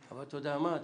אבל אתה יודע מה?